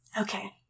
Okay